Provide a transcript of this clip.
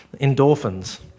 Endorphins